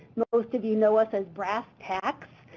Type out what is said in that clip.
most of you know us as brss tacs,